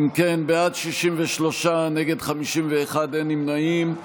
אם כן, בעד, 63, נגד, 51, אין נמנעים.